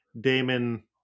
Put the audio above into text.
damon